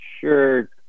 sure